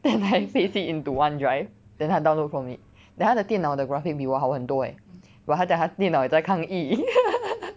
then save it into Onedrive then 她 download from it then 她的电脑的 graphic view 好很多 eh but 她在她电脑也在抗议